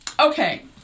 okay